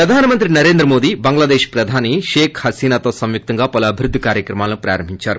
ప్రధాన మంత్రి నరేంద్ర మోదీ బంగ్లాదేశ్ ప్రధాని షేక్ హాసీనాతో సంయుక్తంగా పలు అభివృద్ధి కార్యక్రమాలను ప్రారంభించారు